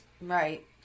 Right